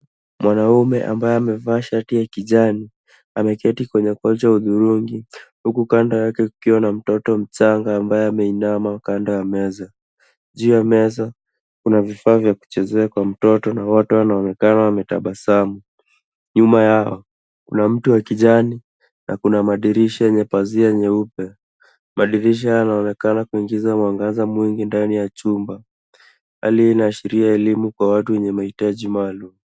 Mwanaume ambaye amevaa shati ya kijani ameketi kwenye kojo hudhurungi, huku kando yake kukiwa na mtoto mchanga ambaye ameinama kando ya meza. Juu ya meza, kuna vifaa vya kuchezea kya mtoto na wote wanaonekana wametabasamu, Nyuma yao kuna mti wa kijani na kuna madirisha yenye pazia nyeupe. Madirisha yanaonekana kuingiza mwangaza mwingi ndani ya chumba. Hali hii inaashiria elimu kwa watu wenye mahitaji maalum.